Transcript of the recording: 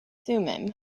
thummim